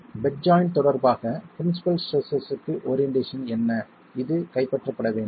bed joint தொடர்பாக principal ஸ்ட்ரெஸ்ஸஸ்க்கு orientation என்ன இது கைப்பற்றப்பட வேண்டும்